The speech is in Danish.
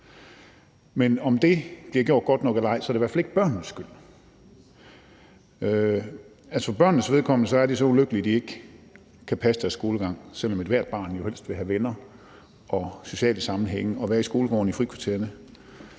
Men om det bliver gjort godt nok eller ej, er det i hvert fald ikke børnenes skyld. For børnenes vedkommende gælder det, at de er så ulykkelige, at de ikke kan passe deres skolegang, selv om ethvert barn jo helst vil have venner, indgå i sociale sammenhænge og være i skolegården i frikvartererne.